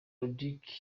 ludic